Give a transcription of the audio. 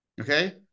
okay